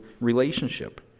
relationship